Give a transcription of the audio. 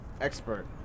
expert